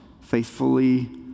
faithfully